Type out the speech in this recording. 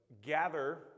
gather